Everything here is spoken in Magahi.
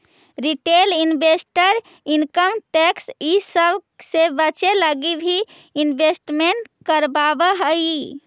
रिटेल इन्वेस्टर इनकम टैक्स इ सब से बचे लगी भी इन्वेस्टमेंट करवावऽ हई